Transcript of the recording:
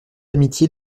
amitié